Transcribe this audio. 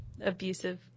abusive